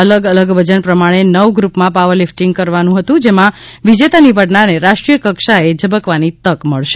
અલગ અગલ વજન પ્રમાણે નવ ગ્રુપમાં પાવર લિફટીંગ કરવાનું હતું જેમાં વિજેતા નિવડનારને રાષ્ટ્રીય કક્ષાએ ઝબકવાની તક મળશે